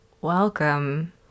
Welcome